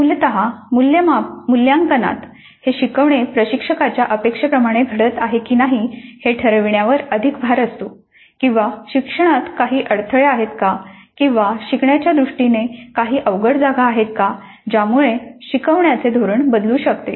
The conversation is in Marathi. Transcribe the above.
मूलभूत मुल्यांकनात हे शिकवणे प्रशिक्षकाच्या अपेक्षेप्रमाणे घडत आहे की नाही हे ठरविण्यावर अधिक भर असतो किंवा शिक्षणात काही अडथळे आहेत किंवा शिकवण्याच्या दृष्टीने काही अवघड जागा आहेत का ज्यामुळे शिकवण्याचे धोरण बदलू शकते